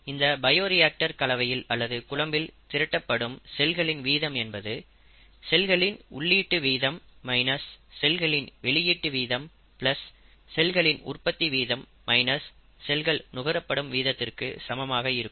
ஆகவே இந்த பயோரியாக்டர் கலவையில் அல்லது குழம்பில் திரட்டப்படும் செல்களின் வீதம் என்பது செல்களின் உள்ளீட்டு வீதம் மைனஸ் செல்களின் வெளியீட்டு வீதம் பிளஸ் செல்களின் உற்பத்தி வீதம் மைனஸ் செல்கள் நுகரப்படும் வீதத்திற்கு சமமாக இருக்கும்